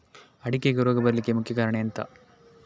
ಅಡಿಕೆಗೆ ರೋಗ ಬರ್ಲಿಕ್ಕೆ ಮುಖ್ಯ ಕಾರಣ ಎಂಥ?